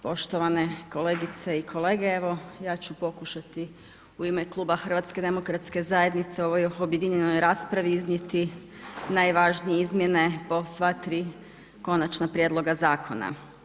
Poštovane kolegice i kolege, evo ja ću pokušati u ime Kluba HDZ-a u ovoj objedinjenoj raspravi iznijeti najvažnije izmjene po sva tri konačna prijedloga zakona.